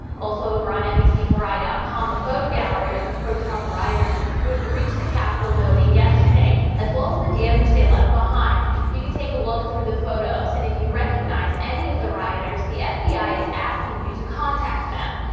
also over on nbc four i dot com a photo gallery of the pro trump riders who breached the capitol building yesterday as well as the damage they left behind you can take a look through the photos and if you recognize any of the rioters. the fbi is asking you to contact them.